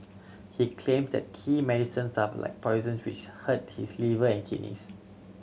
he claim that key medicines are of like poisons which hurt his liver and kidneys